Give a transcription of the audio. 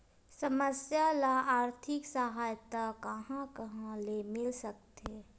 समस्या ल आर्थिक सहायता कहां कहा ले मिल सकथे?